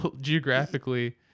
Geographically